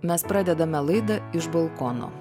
mes pradedame laidą iš balkono